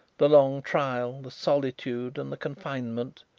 the long trial, the solitude and the confinement,